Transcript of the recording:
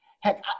heck